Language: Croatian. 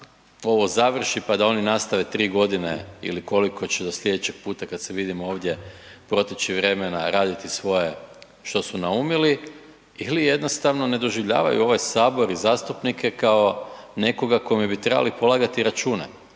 ovo završi pa da oni nastave 3 g. ili koliko će do slijedećeg puta kad se vidimo ovdje proteći vremena, raditi svoje što su naumili ili jednostavno ne doživljavaju ovaj Sabor i zastupnike kao nekoga kome bi trebali polagati račune.